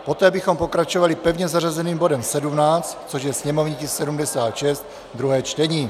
Poté bychom pokračovali pevně zařazeným bodem 17, což je sněmovní tisk 76, druhé čtení.